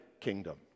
kingdom